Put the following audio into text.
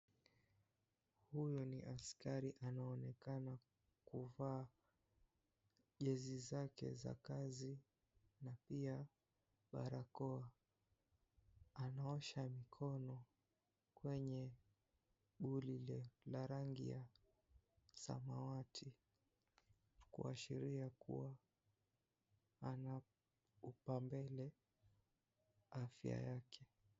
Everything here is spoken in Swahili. Huyu ni askari anaonekana kuvaa jezi zake za kazi na pia barakoa , anaosha mikono kwenye bulile la rangi ya samawati kuashiria kuwa anaupa mbele afya yake.